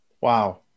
Wow